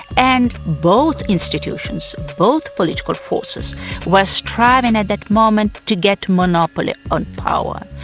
and both institutions, both political forces were striving at that moment to get monopoly on power.